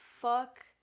fuck